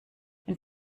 wenn